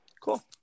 cool